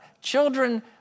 Children